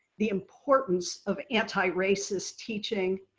the importance of antiracist teaching,